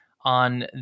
on